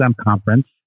conference